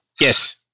Yes